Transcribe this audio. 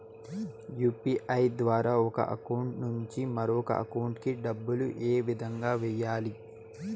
UPI ద్వారా ఒక account నుంచి మరొక అకౌంట్ కి డబ్బులు ఏ విధంగా వెయ్యాలి